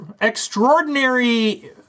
extraordinary